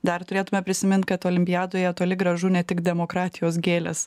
dar turėtume prisimint kad olimpiadoje toli gražu ne tik demokratijos gėlės